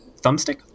thumbstick